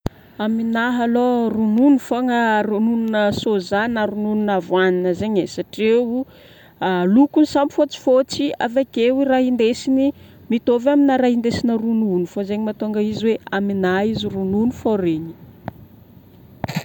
Aminahy alôha ronono fôgna rononona soja na rononon'avoanina zaigny ai satria io lokony samy fotsifotsy. Avakeo raha indesigny mitovy amina raha indesigna ronono fô zay mahatonga izy hoe aminahy izy ronono fô regny.